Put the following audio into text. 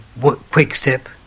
quick-step